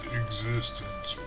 existence